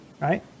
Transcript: Right